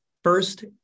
First